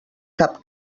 cap